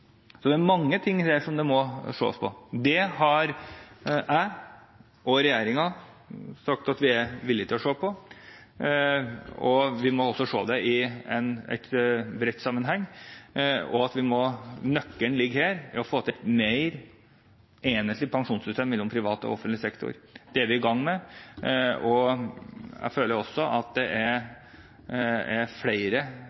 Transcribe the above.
Det er mange ting der som det må ses på. Det har jeg og regjeringen sagt at vi er villige til å se på. Vi må også se det i en bred sammenheng. Nøkkelen ligger i å få til et mer enhetlig pensjonssystem mellom privat og offentlig sektor. Det er vi i gang med, og jeg føler også at det er flere, og at modningen rundt en slik diskusjon er